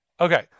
Okay